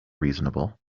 reasonable